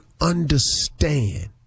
understand